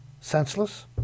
Senseless